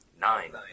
Nine